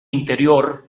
interior